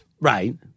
Right